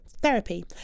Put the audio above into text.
Therapy